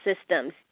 systems